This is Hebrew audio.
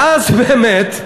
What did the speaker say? ואז באמת,